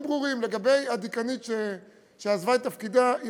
דברים ברורים: אין החלטה כזאת ואין כוונה כזאת.